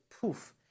Poof